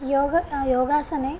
योग योगासने